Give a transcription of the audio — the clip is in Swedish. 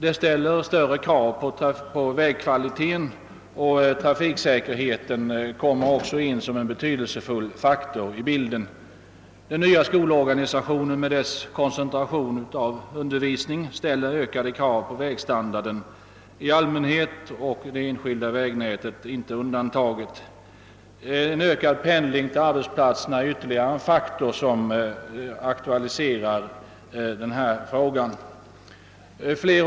Detta ställer höga krav på vägarnas kvalitet; även trafiksäkerheten kommer in i bilden som en mycket betydelsefull faktor. Även den nya skolorganisationen med dess koncentration till vissa undervisningsorter ställer ökade krav på vägstandarden i allmänhet, och inte heller" där är det enskilda vägnätet undantaget. Ytterligare en faktor i sammanhanget är den ökade pendlingen mellan hem och arbetsplatser.